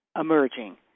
emerging